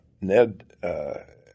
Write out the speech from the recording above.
Ned